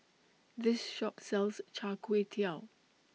This Shop sells Char Kway Teow